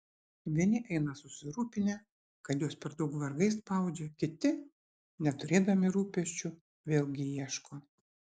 vieni eina susirūpinę kad juos per daug vargai spaudžia kiti neturėdami rūpesčių vėlgi ieško